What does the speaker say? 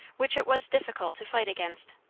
which it was difficult to fight against.